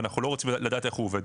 ואנחנו לא רוצים לדעת איך הוא עובד.